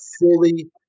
fully